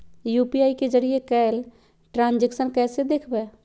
UPI के जरिए कैल ट्रांजेक्शन कैसे देखबै?